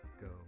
go